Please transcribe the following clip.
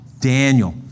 Daniel